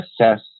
assess